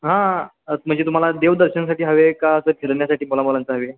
हां अस् म्हणजे तुम्हाला देवदर्शनासाठी हवे का असं फिरण्यासाठी मुलामुलांचं हवे